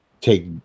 take